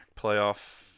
playoff